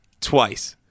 twice